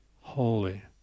holy